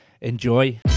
Enjoy